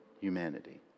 humanity